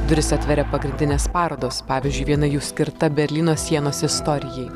duris atveria pagrindinės parodos pavyzdžiui viena jų skirta berlyno sienos istorijai